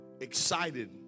excited